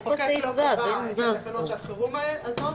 המחוקק לא קבע את תקנות שעל חירום האלה.